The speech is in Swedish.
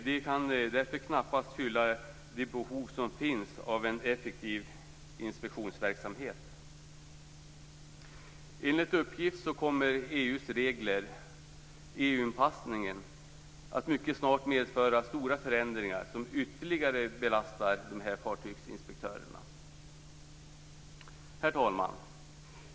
De kan därför knappast fylla det behov som finns av en effektiv inspektionsverksamhet. Enligt uppgift kommer EU:s regler - EU anpassningen - att mycket snart medföra stora förändringar som ytterligare belastar fartygsinspektörerna. Herr talman!